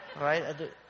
right